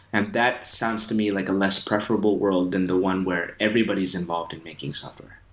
and that sounds to me like a less preferable world than the one where everybody's involved in making software.